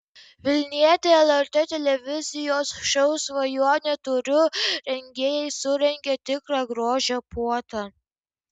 vilnietei lrt televizijos šou svajonę turiu rengėjai surengė tikrą grožio puotą